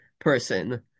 person